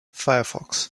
firefox